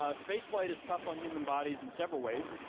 ah spaceflight is tough on human bodies in several ways.